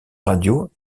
radio